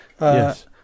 Yes